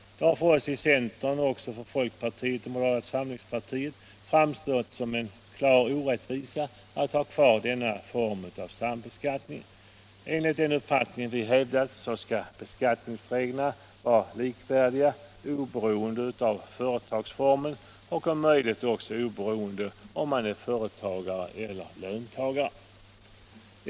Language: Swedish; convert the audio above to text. För centern, liksom också för folkpartiet och moderata samlingspartiet, har det framstått som en klar orättvisa att ha kvar denna form av sambeskattning. Enligt den uppfattning vi hävdat skall beskattningsreglerna vara likvärdiga oberoende av företagsform och om möjligt också oberoende av om man är företagare eller löntagare.